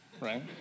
right